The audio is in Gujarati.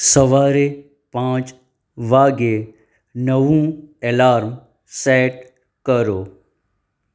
સવારે પાંચ વાગ્યે નવું એલાર્મ સેટ કરો